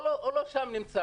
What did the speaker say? לא נמצא שם.